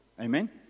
Amen